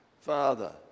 Father